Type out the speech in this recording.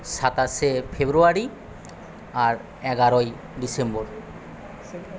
সাতাশে ফেব্রুয়ারি আর এগারোই ডিসেম্বর